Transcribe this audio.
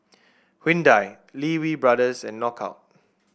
Hyundai Lee Wee Brothers and Knockout